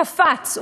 קפץ.